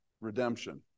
redemption